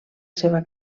seva